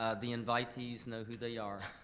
ah the invitees know who they are.